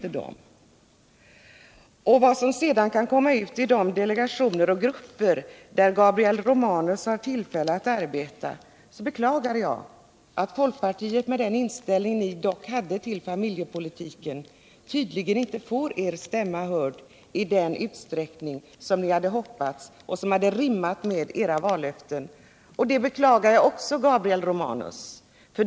Men jag hoppas att något kan komma ut av de grupper och delegationer där Gabriel Romanus har tillfälle att arbeta. Jag beklagar att folkpartiet med den inställning partiet dock har haft till familjepolitiken inte får sin stämma hörd i den utsträckning som ni väl hade hoppats och som rimmat mera med era vallöften.